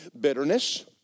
Bitterness